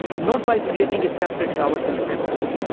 not by creating a separate towers in the campus.